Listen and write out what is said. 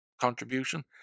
contribution